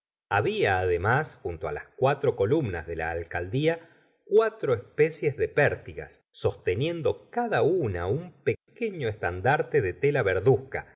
había además junto á las cuatro columnas de la alcaldía cuatro especie de pértigas sosteniendo cada una un pequeño estandarte de tela verduzca